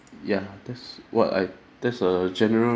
ya that's what I that's a general